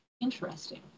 interesting